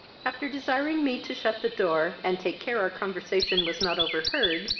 after desiring me to shut the door, and take care our conversation was not overheard,